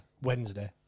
Wednesday